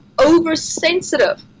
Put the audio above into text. oversensitive